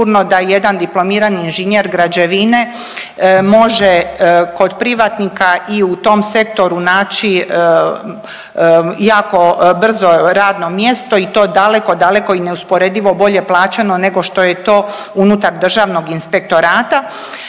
da jedan diplomirani inženjer građevine može kod privatnika i u tom sektoru naći jako brzo radno mjesto i to daleko, daleko i neusporedivo bolje plaćeno nego što je to unutar Državnog inspektorata.